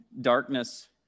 darkness